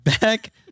back